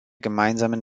gemeinsamen